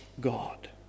God